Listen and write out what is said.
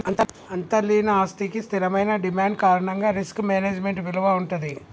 అంతర్లీన ఆస్తికి స్థిరమైన డిమాండ్ కారణంగా రిస్క్ మేనేజ్మెంట్ విలువ వుంటది